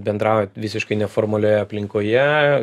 bendrauja visiškai neformalioje aplinkoje